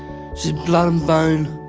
she's blood and bone,